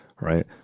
right